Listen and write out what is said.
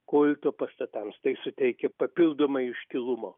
kulto pastatams tai suteikia papildomai iškilumo